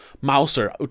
Mouser